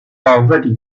already